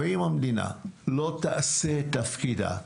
אם המדינה לא תעשה את תפקידה,